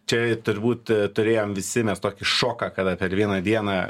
čia turbūt turėjom visi mes tokį šoką kada per vieną dieną